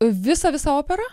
visą visą operą